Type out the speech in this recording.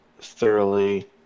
thoroughly